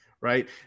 right